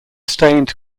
stained